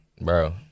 Bro